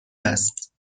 است